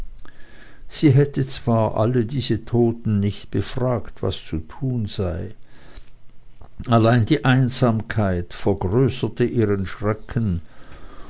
sie hätte zwar alle diese toten nicht befragt was zu tun sei allein die einsamkeit vergrößerte ihren schrecken